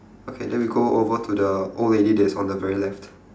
okay then we go over to the old lady that is on the very left